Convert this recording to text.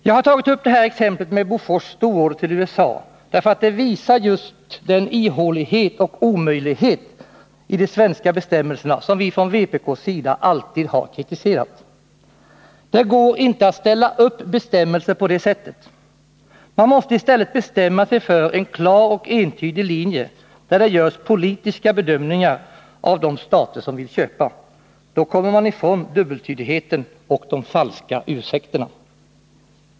Jag har tagit upp det här exemplet med Bofors stororder till USA, därför att det visar just den ihålighet och omöjlighet i de svenska bestämmelserna som vi från vpk alltid har kritiserat. Det går inte att ställa upp bestämmelser på det sättet. Man måste i stället bestämma sig för en klar och entydig linje, där det görs politiska bedömningar av de stater som vill köpa. Då kommer man ifrån dubbeltydigheten och de falska ursäkterna.